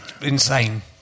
insane